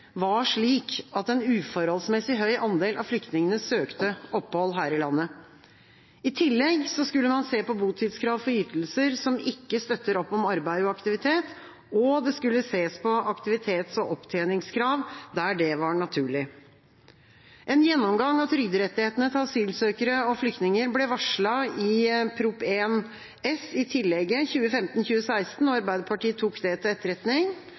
var slik at en uforholdsmessig høy andel av flyktningene søkte opphold her i landet. I tillegg skulle man se på botidskrav for ytelser som ikke støtter opp om arbeid og aktivitet, og det skulle ses på aktivitets- og opptjeningskrav der det var naturlig. En gjennomgang av trygderettighetene til asylsøkere og flyktninger ble varslet i Prop. 1 S Tillegg 1 for 2015–2016. Arbeiderpartiet tok det til etterretning.